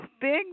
big